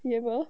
you remember